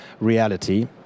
reality